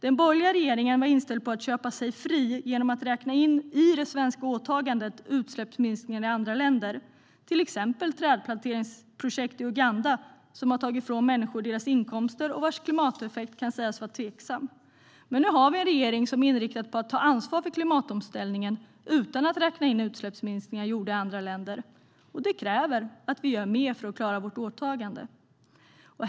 Den borgerliga regeringen var inställd på att köpa sig fri genom att i det svenska åtagandet räkna in utsläppsminskningar i andra länder, till exempel genom trädplanteringsprojekt i Uganda som har tagit ifrån människor deras inkomster och vars klimateffekt kan sägas vara tveksam. Men nu har vi en regering som är inriktad på att ta ansvar för klimatomställningen utan att räkna in utsläppsminskningar gjorda i andra länder, och det kräver att vi gör mer för att klara vårt åtagande.